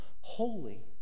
holy